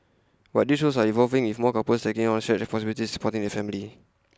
but these roles are evolving with more couples taking on shared responsibilities in supporting the family